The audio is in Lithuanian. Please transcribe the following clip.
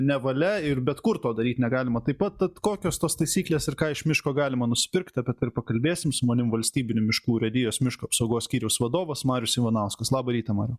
nevalia ir bet kur to daryt negalima taip pat kokios tos taisyklės ir ką iš miško galima nusipirkt apie tai ir pakalbėsim su manim valstybinių miškų urėdijos miško apsaugos skyriaus vadovas marius ivanauskas labą rytą mariau